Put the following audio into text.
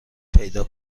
پیدا